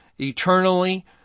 eternally